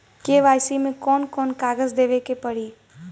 KYC मे कौन कौन कागज देवे के पड़ी?